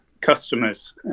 customers